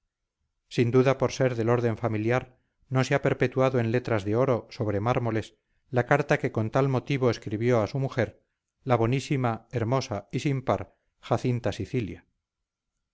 sin duda por ser del orden familiar no se ha perpetuado en letras de oro sobre mármoles la carta que con tal motivo escribió a su mujer la bonísima hermosa y sin par jacinta sicilia